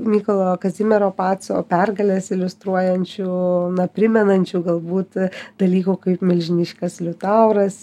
mykolo kazimiero paco pergales iliustruojančių na primenančių galbūt dalykų kaip milžiniškas liutauras